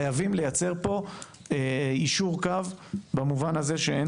חייבים לייצר פה יישור קו במובן הזה שאין